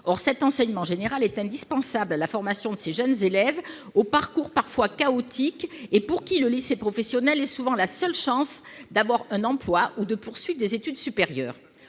Or cet enseignement général est indispensable à la formation de ces jeunes élèves, au parcours parfois chaotique et pour qui le lycée professionnel est souvent la seule chance d'avoir un emploi ou de poursuivre des études supérieures.